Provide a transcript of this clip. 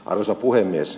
arvoisa puhemies